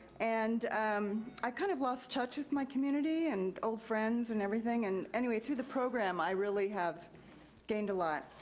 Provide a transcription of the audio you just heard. and um i kind of lost touch with my community, and old friends, and everything. and anyway, through the program, i really have gained a lot,